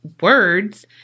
words